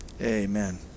Amen